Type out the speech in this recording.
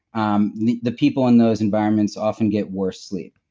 um the the people in those environments often get worse sleep.